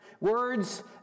Words